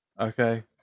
Okay